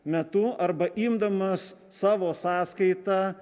metu arba imdamas savo sąskaita